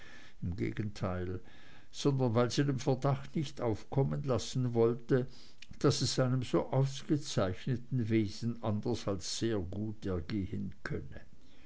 im gegenteil sondern weil sie den verdacht nicht aufkommen lassen wollte daß es einem so ausgezeichneten wesen anders als sehr gut ergehen könne